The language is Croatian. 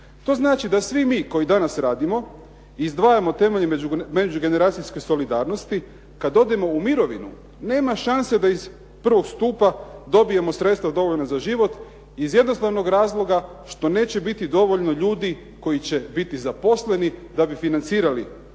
To znači da svi mi koji danas radimo i izdvajamo temelje međugeneracijske solidarnosti, kad odemo u mirovinu nema šanse da iz prvog stupa dobijemo sredstva dovoljna za život iz jednostavnog razloga što neće biti dovoljno ljudi koji će biti zaposleni da bi financirali